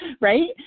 right